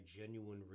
genuine